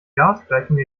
gasgleichung